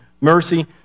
mercy